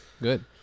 Good